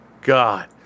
God